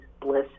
bliss